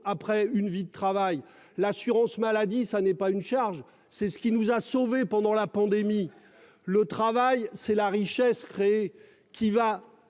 après une vie de travail, l'assurance maladie. Ça n'est pas une charge, c'est ce qui nous a sauvés pendant la pandémie. Le travail c'est la richesse créée qui va